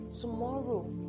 tomorrow